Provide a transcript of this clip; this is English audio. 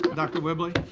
dr. whibley.